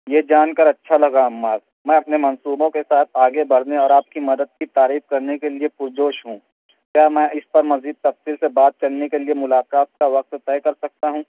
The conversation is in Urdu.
یہ جان کر اچھا لگا عمار میں اپنے منصوبوں کے ساتھ آگے بڑھنے اور آپ کی مدد کی تعریف کرنے کے لیے پرجوش ہوں کیا میں اس پر مزید تفصیل سے بات کرنے کے لیے ملاقات کا وقت طے کر سکتا ہوں